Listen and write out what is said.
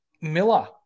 Miller